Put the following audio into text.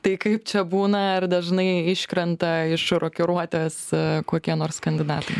tai kaip čia būna ar dažnai iškrenta iš rokiruotės kokie nors kandidatai